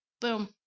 Boom